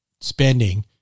spending